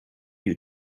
you